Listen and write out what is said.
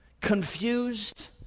Confused